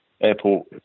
airport